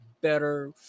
better